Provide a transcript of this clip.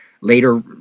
later